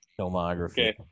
filmography